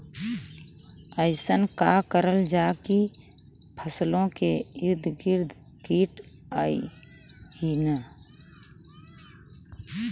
अइसन का करल जाकि फसलों के ईद गिर्द कीट आएं ही न?